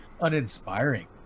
uninspiring